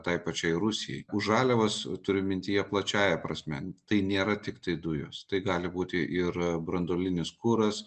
tai pačiai rusijai už žaliavas turiu mintyje plačiąja prasme tai nėra tiktai dujos tai gali būti ir branduolinis kuras